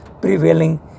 prevailing